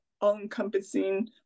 all-encompassing